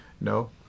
No